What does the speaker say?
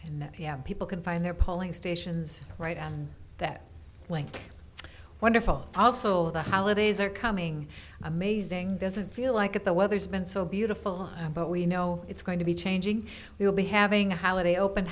much and people can find their polling stations right on that link wonderful also the holidays are coming amazing doesn't feel like it the weather's been so beautiful but we know it's going to be changing we will be having a holiday open